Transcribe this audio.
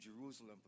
Jerusalem